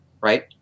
right